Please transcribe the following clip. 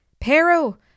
Pero